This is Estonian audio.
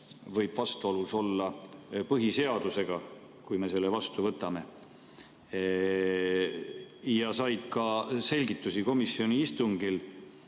olla vastuolus põhiseadusega, kui me selle vastu võtame, ja said ka selgitusi komisjoni istungil